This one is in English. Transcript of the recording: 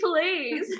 please